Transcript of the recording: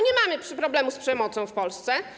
Nie mamy problemu z przemocą w Polsce?